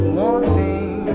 wanting